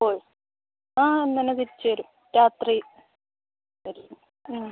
ഓ ആ ഇന്ന് തന്നെ തിരിച്ച് വരും രാത്രി വരും